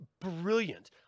brilliant